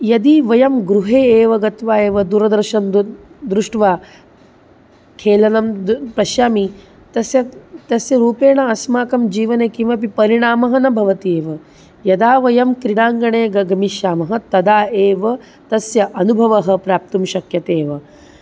यदि वयं गृहे एव गत्वा एव दूरदर्शनं दु दृष्ट्वा खेलनं द् पश्यामि तस्य तस्य रूपेण अस्माकं जीवने किमपि परिणामः न भवति एव यदा वयं क्रीडाङ्गणे ग गमिष्यामः तदा एव तस्य अनुभवः प्राप्तुं शक्यते एव